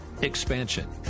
expansion